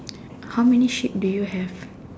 how many shape do you have